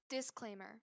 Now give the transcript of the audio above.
Disclaimer